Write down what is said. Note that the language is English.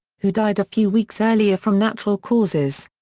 who died a few weeks earlier from natural causes.